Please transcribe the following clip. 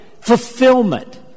fulfillment